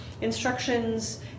instructions